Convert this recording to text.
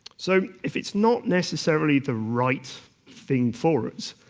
so if it's not necessarily the right thing for us,